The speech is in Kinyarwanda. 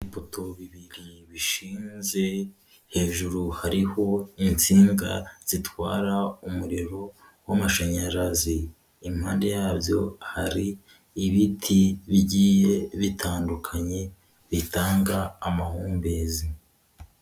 Ipoto bibiri bishinze, hejuru hariho insinga zitwara umuriro w'amashanyarazi impande yabyo hari ibiti bigiye bitandukanye bitanga amahumbezi.